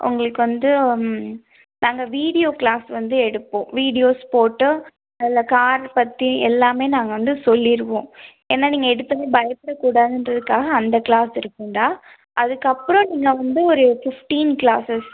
உங்களுக்கு வந்து நாங்கள் வீடியோ க்ளாஸ் வந்து எடுப்போம் வீடீயோஸ் போட்டு அதில் கார் பற்றி எல்லாமே நாங்கள் வந்து சொல்லிடுவோம் ஏன்னால் நீங்கள் எடுத்ததும் பயப்பட கூடாதுங்கிறதுக்காக அந்த க்ளாஸ் இருக்கும்டா அதுக்கப்புறம் இன்னும் வந்து ஒரு ஃபிஃப்டீன் க்ளாஸஸ்